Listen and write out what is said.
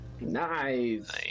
Nice